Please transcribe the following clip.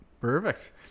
Perfect